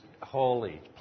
holy